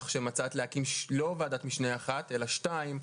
כך שמצאת להקים לא ועדת משנה אחת אלא שתיים,